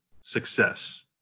success